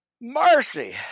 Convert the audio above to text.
Mercy